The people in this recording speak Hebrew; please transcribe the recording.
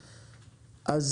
להקטין את